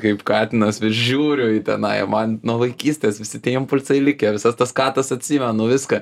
kaip katinas vis žiūriu į tenai o man nuo vaikystės visi tie impulsai likę visas tas katas atsimenu viską